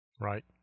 Right